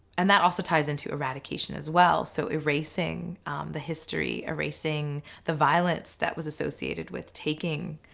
and that also ties into eradication as well. so erasing the history, erasing the violence that was associated with taking.